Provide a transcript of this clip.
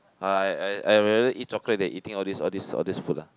I I I'd rather eat chocolate than eating all these all these all these food lah